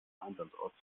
einsatzort